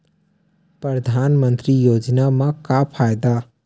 परधानमंतरी योजना म का फायदा?